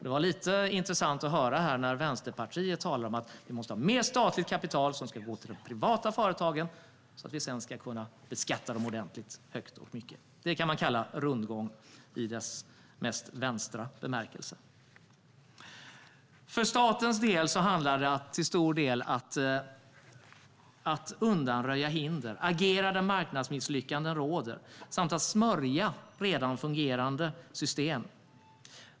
Det var intressant att höra från Vänsterpartiet att vi måste ha mer statligt kapital som ska gå till de privata företagen så att vi sedan kan beskatta dem ordentligt, högt och mycket. Det kan man kalla rundgång i dess mest vänsterinriktade bemärkelse. För statens del handlar det till stor del om att undanröja hinder, agera där marknadsmisslyckanden förekommer samt smörja redan fungerande system.